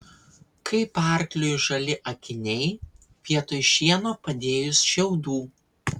kaip arkliui žali akiniai vietoj šieno padėjus šiaudų